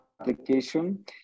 application